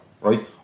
right